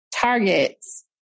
targets